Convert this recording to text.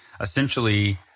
essentially